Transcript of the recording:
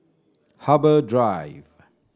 Harbour Drive